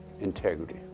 integrity